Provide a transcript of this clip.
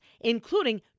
including